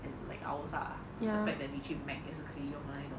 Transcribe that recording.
and like ours at the fact that 你去 Mac 也是可以用的那一种